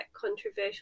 controversial